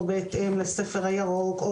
או בהתאם לספר הירוק.